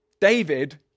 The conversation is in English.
David